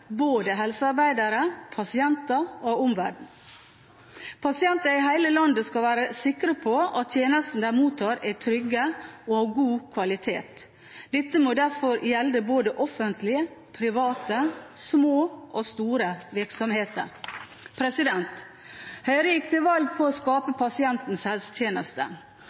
både helsearbeidere, pasienter og omverdenen. Pasienter i hele landet skal være sikre på at tjenestene de mottar, er trygge og av god kvalitet. Dette må derfor gjelde både offentlige, private, små og store virksomheter. Høyre gikk til valg på å skape pasientens helsetjeneste.